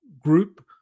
group